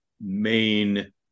main